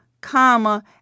comma